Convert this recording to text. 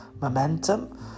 momentum